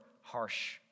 harsh